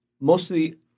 mostly